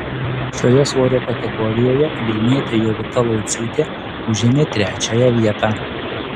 šioje svorio kategorijoje vilnietė jovita lauciūtė užėmė trečiąją vietą